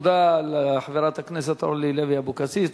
תודה לחברת הכנסת אורלי לוי אבקסיס,